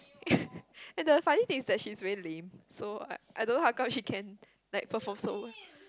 and the funny thing is that she is very lame so I I don't know how come she can like perform so well